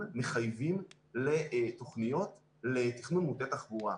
מחייבים לתוכניות לתכנון מוטה תחבורה: